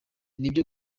nibyo